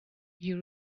you